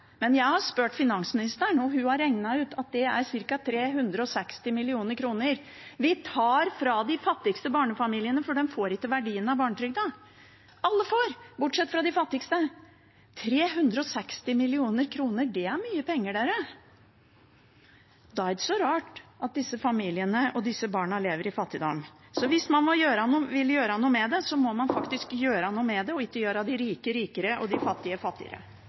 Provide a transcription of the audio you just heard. men jeg har spurt finansministeren, og hun har regnet ut det er ca. 360 mill. kr. Vi tar fra de fattigste barnefamiliene, for de får ikke verdien av barnetrygden. Alle får, bortsett fra de fattigste! 360 mill. kr – det er mye penger, dere. Da er det ikke så rart at disse familiene og disse barna lever i fattigdom. Så hvis man vil gjøre noe med det, må man faktisk gjøre noe med det og ikke gjøre de rike rikere og de fattige fattigere.